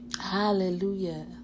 Hallelujah